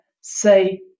say